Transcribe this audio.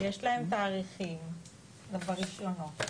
יש להם תאריכים ברישיונות,